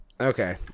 okay